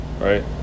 right